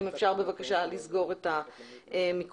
אם אפשר בבקשה לסגור את המיקרופונים.